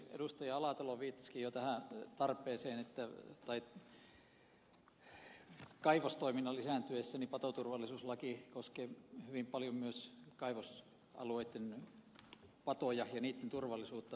alatalo viittasikin jo tähän tarpeeseen että kaivostoiminnan lisääntyessä patoturvallisuuslaki koskee hyvin paljon myös kaivosalueitten patoja ja niitten turvallisuutta